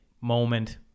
moment